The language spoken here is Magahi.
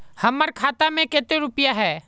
हमर खाता में केते रुपया है?